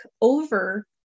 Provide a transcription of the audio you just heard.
over